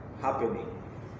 happening